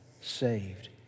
Saved